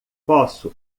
posso